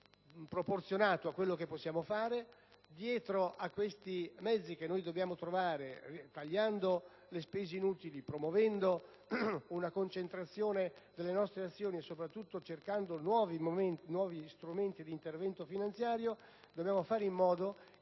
proporzionato a quanto possiamo fare. Dietro a questi mezzi che noi dobbiamo trovare, tagliando le spese inutili, promuovendo una concentrazione delle nostre azioni e, soprattutto, cercando nuovi strumenti di intervento finanziario, dobbiamo fare in modo che